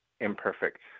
imperfect